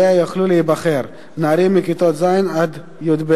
ואליה יוכלו להיבחר נערים מכיתות ז' י"ב